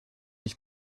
ich